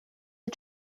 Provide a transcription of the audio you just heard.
are